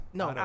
no